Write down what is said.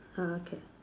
oh okay